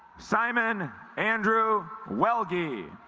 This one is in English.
simon andrew well gee